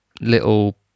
little